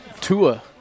Tua –